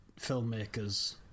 filmmakers